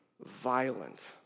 violent